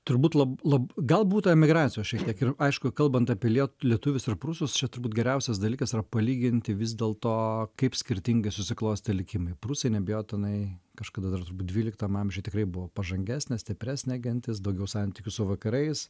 turbūt lab lab galbūt emigracijos šiek tiek ir aišku kalbant apie liet lietuvius ir prūsus čia turbūt geriausias dalykas yra palyginti vis dėlto kaip skirtingai susiklostė likimai prūsai neabejotinai kažkada dar turbūt dvyliktam amžiuj tikrai buvo pažangesnė stipresnė gentis daugiau santykių su vakarais